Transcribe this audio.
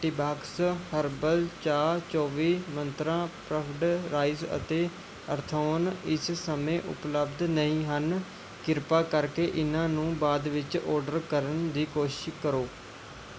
Teabox herbal ਚਾਹ ਚੌਵੀ ਮੰਤਰਾ ਪਫਡ ਰਾਈਸ ਅਤੇ ਅਰਥੋਨ ਇਸ ਸਮੇਂ ਉਪਲੱਬਧ ਨਹੀਂ ਹਨ ਕ੍ਰਿਪਾ ਕਰਕੇ ਇਹਨਾਂ ਨੂੰ ਬਾਅਦ ਵਿੱਚ ਔਰਡਰ ਕਰਨ ਦੀ ਕੋਸ਼ਿਸ਼ ਕਰੋ